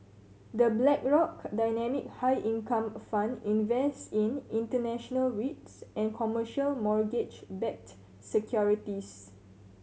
The Blackrock Dynamic High Income Fund invests in international rates and commercial mortgage backed securities